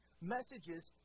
messages